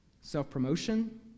self-promotion